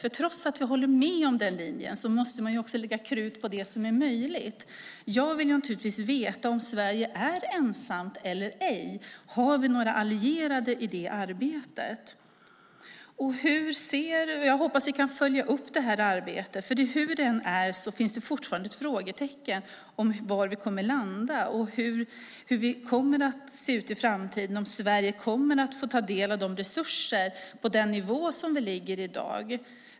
Även om jag håller med om den linjen måste man också lägga krut på det som är möjligt. Jag vill naturligtvis veta om Sverige är ensamt eller ej. Har vi några allierade i det arbetet? Jag hoppas att vi kan följa upp det här arbetet. Hur det än är finns det fortfarande frågetecken när det gäller var vi kommer att landa och hur det kommer att se ut i framtiden. Kommer Sverige att få ta del av resurser på den nivå som vi i dag ligger på?